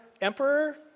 emperor